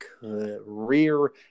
career